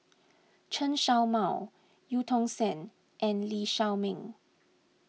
Chen Show Mao Eu Tong Sen and Lee Shao Meng